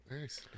Nice